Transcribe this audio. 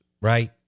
right